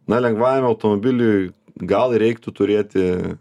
na lengvajam automobiliui gal reiktų turėti